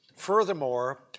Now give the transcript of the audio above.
Furthermore